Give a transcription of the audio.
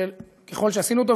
ככל שעשינו אותו,